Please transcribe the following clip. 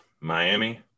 Miami